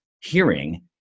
hearing